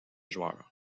joueurs